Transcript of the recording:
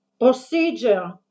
procedure